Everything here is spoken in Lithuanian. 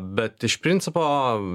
bet iš principo